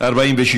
5 נתקבלו.